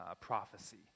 prophecy